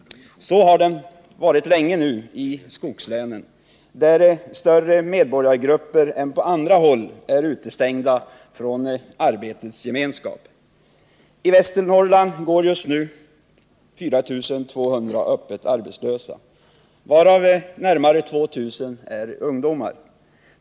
Så har den varit länge nu i skogslänen, där större medborgargrupper än på andra håll är utestängda från arbetets gemenskap. I Västernorrland går just nu 4 200 öppet arbetslösa, varav närmare 2 000 är ungdomar.